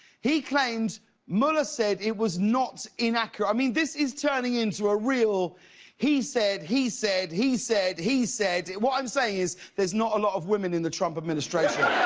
he claims mueller said it was not inaccurate. i mean this is turning into a real he said, he said, he said, he said what i am saying is there is not a lot of women in the trump administration.